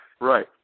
Right